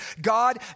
God